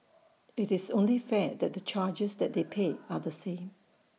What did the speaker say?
IT is only fair that the charges that they pay are the same